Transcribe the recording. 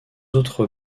autres